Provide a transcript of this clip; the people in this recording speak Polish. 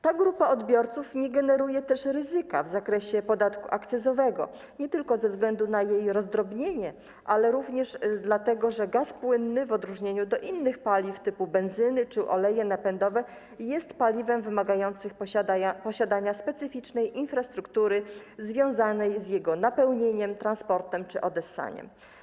Ta grupa odbiorców nie generuje też ryzyka w zakresie podatku akcyzowego, nie tylko ze względu na jej rozdrobnienie, ale również dlatego, że gaz płynny w odróżnieniu od innych paliw typu benzyny czy oleje napędowe jest paliwem wymagającym posiadania specyficznej infrastruktury związanej z jego napełnianiem, transportem czy odessaniem.